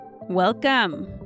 welcome